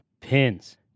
pins